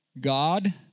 God